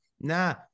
nah